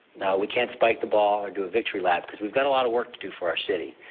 we can't spike the ball or do a victory lap because we've got a lot of work to do for our city.